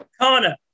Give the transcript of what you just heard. Connor